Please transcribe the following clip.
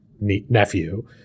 nephew